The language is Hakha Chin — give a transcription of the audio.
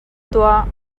tuah